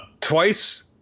twice